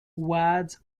words